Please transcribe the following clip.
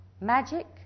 magic